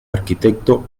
arquitecto